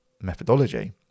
methodology